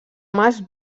mas